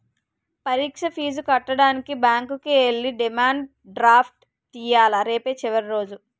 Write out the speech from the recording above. పరీక్ష ఫీజు కట్టడానికి బ్యాంకుకి ఎల్లి డిమాండ్ డ్రాఫ్ట్ తియ్యాల రేపే చివరి రోజు